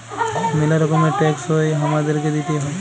ম্যালা রকমের ট্যাক্স হ্যয় হামাদেরকে দিতেই হ্য়য়